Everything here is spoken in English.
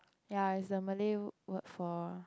ya is a Malay word for